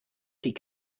die